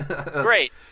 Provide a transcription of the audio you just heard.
great